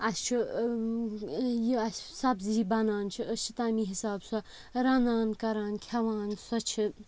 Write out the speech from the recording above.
اَسہِ چھُ یہِ اَسہِ سبزی بَنان چھِ أسۍ چھِ تَمی حِساب سۄ رَنان کَران کھٮ۪وان سۄ چھِ